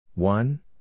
One